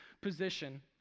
position